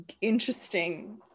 interesting